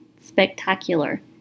spectacular